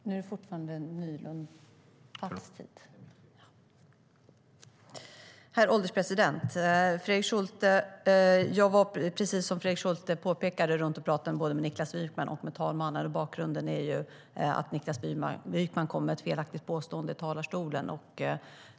Herr ålderspresident! Jag var, precis som Fredrik Schulte påpekade, runt och pratade med Niklas Wykman och med ålderspresidenten. Bakgrunden är att Niklas Wykman kom med ett felaktigt påstående i talarstolen.